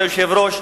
כבוד היושב-ראש: